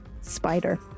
spider